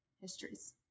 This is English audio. histories